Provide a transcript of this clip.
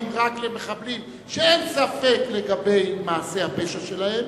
רק למחבלים שאין ספק לגבי מעשה הפשע שלהם,